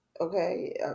okay